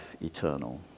eternal